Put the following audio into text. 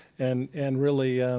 and and really